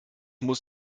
muss